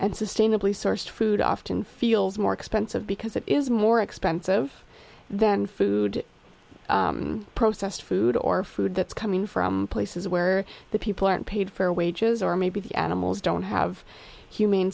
and sustainably sourced food often feels more expensive because it is more expensive than food processed food or food that's coming from places where the people aren't paid fair wages or maybe the animals don't have human